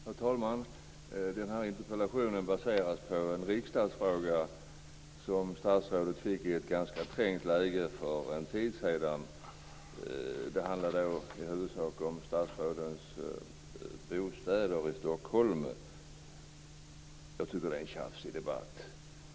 Herr talman! Den här interpellationen baseras på en riksdagsfråga som statsrådet fick i ett ganska trängt läge för en tid sedan. Det handlade då i huvudsak om statsrådens bostäder i Stockholm. Jag tycker att det är en tjafsig debatt.